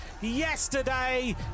Yesterday